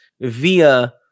via